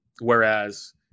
Whereas